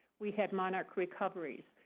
we had monarch recoveries.